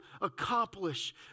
accomplish